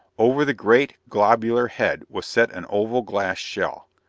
over the great, globular head was set an oval glass shell.